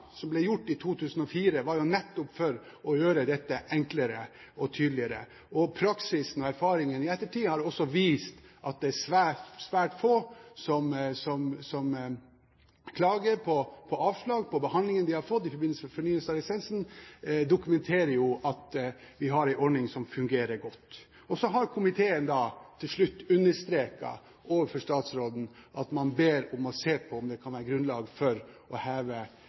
tydeligere. Praksisen og erfaringen i ettertid har også vist at det er svært, svært få som klager på avslag, på behandlingen de har fått i forbindelse med fornyelsen av lisensen. Det dokumenterer jo at vi har en ordning som fungerer godt. Så har komiteen til slutt understreket overfor statsråden at man ber om å se på om det kan være grunnlag for å heve